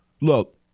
look